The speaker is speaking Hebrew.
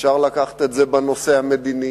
אפשר לקחת את זה בנושא המדיני,